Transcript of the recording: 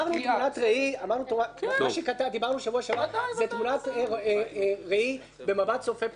מה שדיברנו בשבוע שעבר זה תמונת ראי במבט צופה פני עתיד.